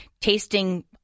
tasting